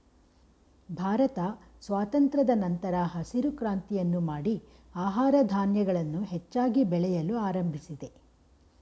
ಭಾರತ ಸ್ವಾತಂತ್ರದ ನಂತರ ಹಸಿರು ಕ್ರಾಂತಿಯನ್ನು ಮಾಡಿ ಆಹಾರ ಧಾನ್ಯಗಳನ್ನು ಹೆಚ್ಚಾಗಿ ಬೆಳೆಯಲು ಆರಂಭಿಸಿದೆ